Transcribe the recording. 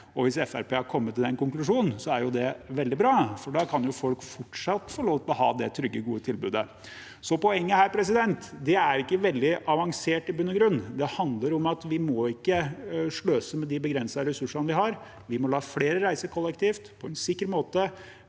har kommet til den konklusjonen, er det veldig bra, for da kan folk fortsatt få lov til å ha det trygge, gode tilbudet. Poenget er i bunn og grunn ikke veldig avansert. Det handler om at vi ikke må sløse med de begrensede ressursene vi har. Vi må la flere reise kollektivt på en sikker måte